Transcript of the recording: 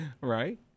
Right